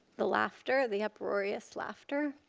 the laughter, the uproarious laughter.